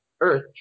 earth